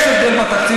יש פה 119,